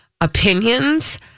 opinions